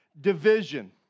Division